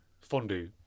Fondue